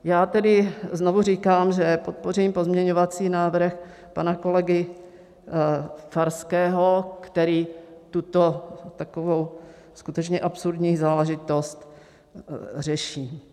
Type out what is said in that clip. Já tedy znovu říkám, že podpořím pozměňovací návrh pana kolegy Farského, který tuto takovou skutečně absurdní záležitost řeší.